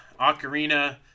ocarina